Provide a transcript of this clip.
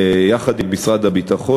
יחד עם משרד הביטחון,